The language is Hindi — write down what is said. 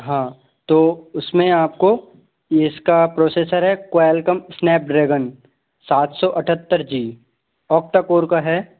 हाँ तो उसमें आपको इसका प्रोसेसर है क़्वेलकम स्नैपड्रैगन सात सौ अठहत्तर जी ऑक्टा कोर का है